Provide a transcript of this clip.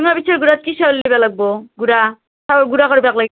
চুঙাপিঠাৰ গুড়াত কি চাউল দিব লাগিব গুড়া চাউল গুড়া কৰিবলৈ